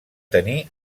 tenir